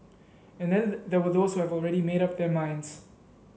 and then there were those who have already made up their minds